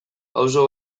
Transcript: auzo